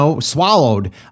swallowed